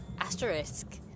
asterisk